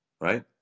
Right